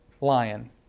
lion